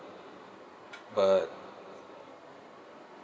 but